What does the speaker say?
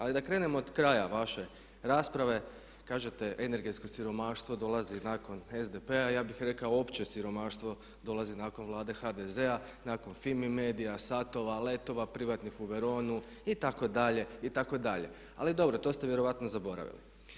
Ali da krenem od kraja vaše rasprave, kažete energetsko siromaštvo dolazi nakon SDP-a, ja bih rekao opće siromaštvo dolazi nakon Vlade HDZ-a, nakon FIMI medije, satova, letova privatnih u Veronu itd. itd. ali dobro to ste vjerojatno zaboravili.